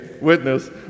Witness